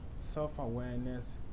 self-awareness